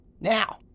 Now